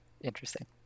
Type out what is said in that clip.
interesting